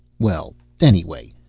well, anyway,